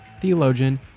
theologian